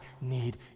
need